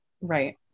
Right